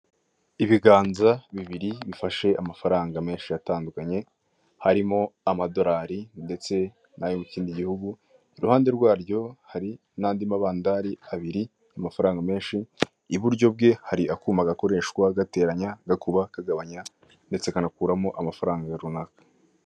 Ibiganze bibiri bifashe amagaranga menshi atandukanye, harimo amadorari ndetse n'ayo mu kindi gihugu iruhande rwaryo hari n'andi mabandari abiri y'amafaranga menshi, iburyo bwe hari akuma gakoreshwa gateranya, gakuba, kagabanya ndetse kanakuramo amafaramga rumaka.